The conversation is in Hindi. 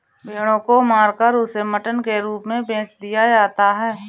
भेड़ों को मारकर उसे मटन के रूप में बेच दिया जाता है